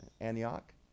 Antioch